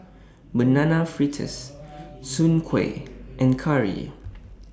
Banana Fritters Soon Kueh and Curry